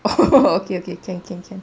oh okay okay can can can